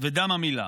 ודם המילה.